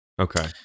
Okay